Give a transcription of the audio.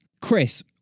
Chris